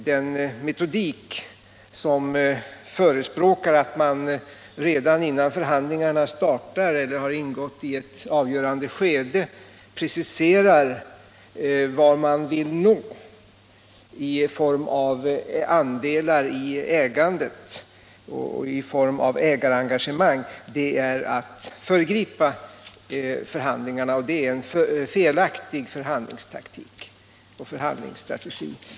Den metodik som förespråkar att man redan innan förhandlingarna startar, eller innan de gått in i ett avgörande skede, preciserar vad man vill nå i form av andelar i ägande och ägarengagemang är att föregripa förhandlingarna. Det är en felaktig förhandlingstaktik och förhandlingsstrategi.